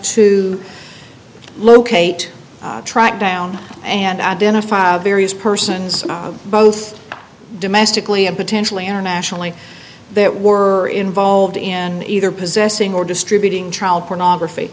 to locate track down and identify various persons both domestically and potentially internationally that were involved in either possessing or distributing child pornography